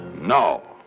No